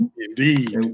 Indeed